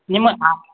ನಿಮ್ಮ ಹಾಂ